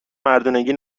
مردونگی